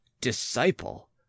disciple